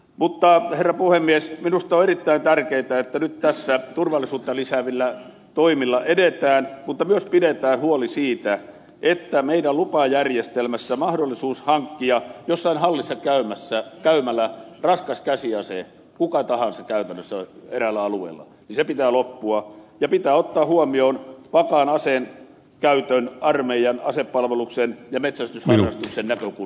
mutta herra puhemies minusta on erittäin tärkeää että nyt tässä turvallisuutta lisäävillä toimilla edetään mutta myös pidetään huoli siitä että meidän lupajärjestelmässä mahdollisuuden kenen tahansa käytännössä eräillä alueilla hankkia jossain hallissa käymällä raskas käsiase pitää loppua ja pitää ottaa huomioon vakaan aseenkäytön armeijan asepalveluksen ja metsästysharrastuksen näkökulma